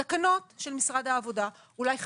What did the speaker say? תקנות של משרד העבודה, אולי חקיקה.